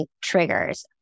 triggers